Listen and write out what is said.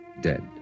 dead